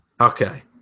okay